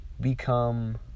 become